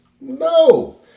No